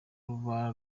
ruba